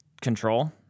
control